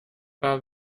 wahr